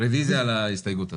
רוויזיה על ההסתייגות הזאת.